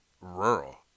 rural